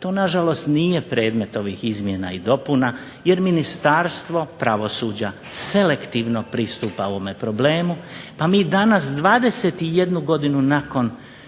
To nažalost nije predmet ovih izmjena i dopuna jer Ministarstvo pravosuđa selektivno pristupa ovome problemu pa mi danas 21 godinu nakon